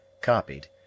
copied